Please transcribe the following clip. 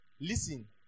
Listen